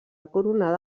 coronada